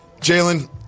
Jalen